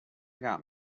got